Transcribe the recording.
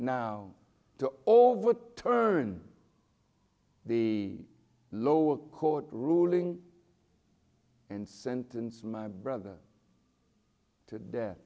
to all over turn the lower court ruling and sentence my brother to death